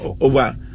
Over